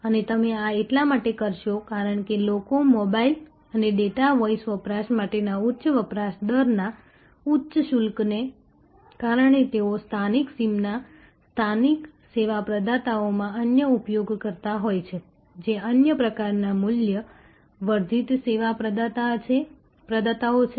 અને તમે આ એટલા માટે કરશો કારણ કે લોકો મોબાઇલ અને ડેટા વૉઇસ વપરાશ માટેના ઉચ્ચ વપરાશ દરના ઊંચા શુલ્કને કારણે તેઓ સ્થાનિક સિમના સ્થાનિક સેવા પ્રદાતાઓમાં અન્ય ઉપયોગ કરતા હોય છે જે અન્ય પ્રકારના મૂલ્ય વર્ધિત સેવા પ્રદાતાઓ છે